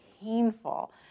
painful